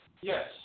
Yes